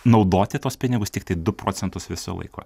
naudoti tuos pinigus tiktai du procentus viso laiko